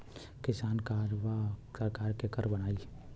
किसान कार्डवा सरकार केकर बनाई?